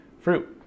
fruit